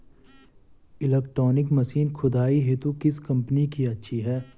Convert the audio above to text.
Electronic machine खुदाई हेतु किस कंपनी की अच्छी है?